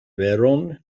veron